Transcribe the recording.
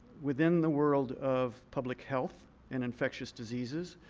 within the world of public health and infectious diseases.